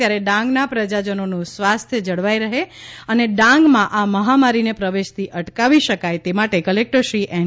ત્યારે ડાંગના પ્રજાજનોનું સ્વાસ્થ્ય જળવાઈ રહે અને ડાંગમાં આ મહામારીને પ્રવેશતી અટકાવી શકાય તે માટે કલેકટર શ્રી એન